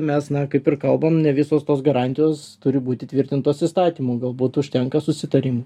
mes na kaip ir kalbam ne visos tos garantijos turi būt įtvirtintos įstatymu galbūt užtenka susitarimų